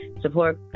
support